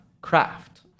craft